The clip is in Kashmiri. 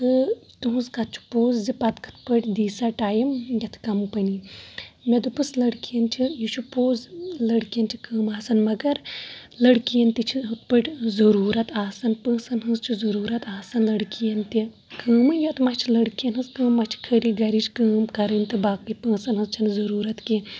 تہٕ تُہٕنٛز کَتھ چھِ پوٚز زِ پَتہٕ کِتھ پٲٹھۍ دی سۄ ٹایِم یَتھ کَمپٔنی مےٚ دوٚپُس لٔڑکِیَن چھِ یہِ چھِ پوٚز لٔڑکِیَن چھِ کٲم آسان مگر لٔڑکِیَن تہِ چھِ ہُتھ پٲٹھۍ ضروٗرت آسان پونٛسَن ہٕنٛز چھِ ضروٗرت آسان لٔڑکِیَن تہِ کٲمٕے یوت ما چھِ لٔڑکِیَن ہنٛز کٲم ما چھِ خٲلی گَرِچ کٲم کَرٕنۍ تہٕ باقٕے پونٛسَن ہنٛز چھَنہٕ ضٔروٗرت کینٛہہ